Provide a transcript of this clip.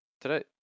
today